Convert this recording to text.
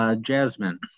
Jasmine